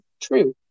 true